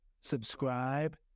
subscribe